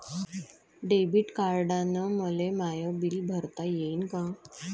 Debit कार्डानं मले माय बिल भरता येईन का?